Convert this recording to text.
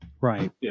Right